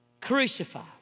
crucified